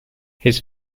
his